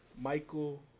Michael